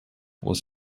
was